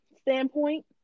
standpoint